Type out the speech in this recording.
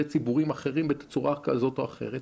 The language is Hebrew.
ציבורים אחרים בצורה כזאת או אחרת...